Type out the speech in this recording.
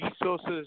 resources